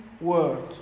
word